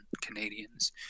Canadians